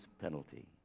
penalty